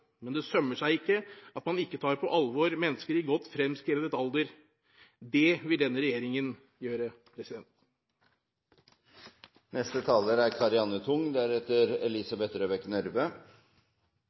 men det sømmer seg ikke at man ikke tar på alvor mennesker i godt fremskredet alder. Det vil denne regjeringen gjøre.